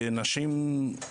ונשים,